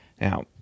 Now